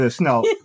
No